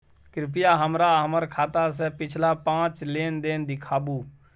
कृपया हमरा हमर खाता से पिछला पांच लेन देन देखाबु